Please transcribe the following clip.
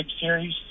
series